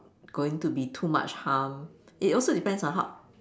going to be too much harm it also depends on ho~